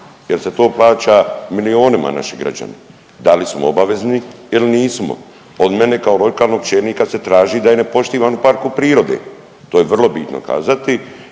jel se to plaća milijonima naši građani, da li smo obavezni il nismo? Od mene kao lokalnog čelnika se traži da je nepoštivam u parku prirode, to je vrlo bitno kazati.